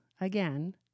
again